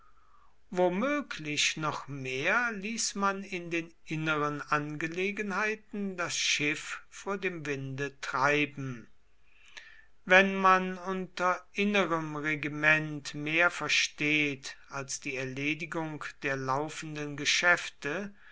womöglich noch mehr ließ man in den inneren angelegenheiten das schiff vor dem winde treiben wenn man unter innerem regiment mehr versteht als die erledigung der laufenden geschäfte